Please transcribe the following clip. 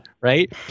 Right